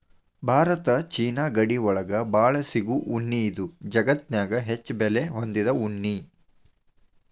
ಭಾರತ ಚೇನಾ ಗಡಿ ಒಳಗ ಬಾಳ ಸಿಗು ಉಣ್ಣಿ ಇದು ಜಗತ್ತನ್ಯಾಗ ಹೆಚ್ಚು ಬೆಲೆ ಹೊಂದಿದ ಉಣ್ಣಿ